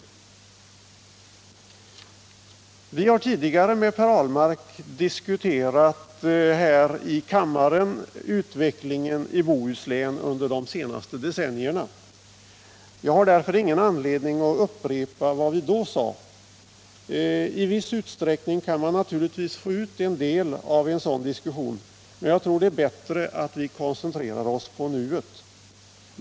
Vi har här i kammaren tidigare med Per Ahlmark diskuterat utvecklingen i Bohuslän under de senaste decennierna, och jag har ingen anledning att upprepa vad vi då sade. I viss utsträckning kan man naturligtvis få ut en del av en sådan diskussion, men jag tror det är bättre att vi koncentrerar oss på nuet.